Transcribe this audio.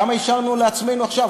כמה אישרנו לעצמנו עכשיו?